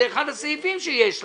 זה אחד הסעיפים שיש לנו.